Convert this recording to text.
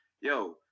yo